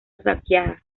saqueadas